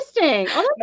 interesting